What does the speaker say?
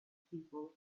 people